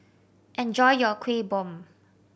enjoy your Kuih Bom